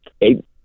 eight